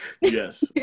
Yes